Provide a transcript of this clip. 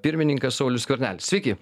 pirmininkas saulius skvernelis sveiki